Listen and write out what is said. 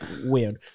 weird